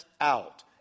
out